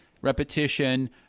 repetition